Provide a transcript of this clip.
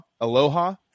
Aloha